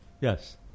yes